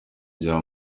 rya